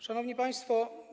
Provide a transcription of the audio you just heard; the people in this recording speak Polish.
Szanowni Państwo!